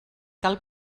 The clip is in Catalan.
cal